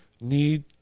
need